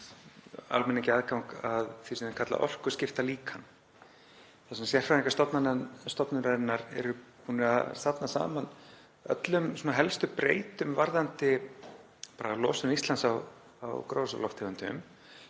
almenning á vefnum að því sem hún kallar orkuskiptalíkan, þar sem sérfræðingar stofnunarinnar eru búnir að safna saman öllum helstu breytum varðandi losun Íslands á gróðurhúsalofttegundum